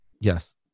yes